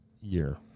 year